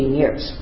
years